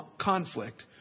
conflict